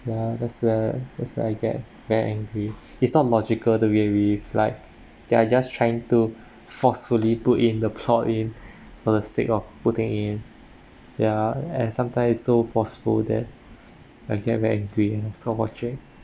ya that's the that's where I get very angry it's not logical there is like they are just trying to forcefully put in the plot in for the sake of putting in ya and sometimes so forceful that I get very angry and stop watching